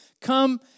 come